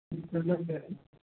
करना है डाई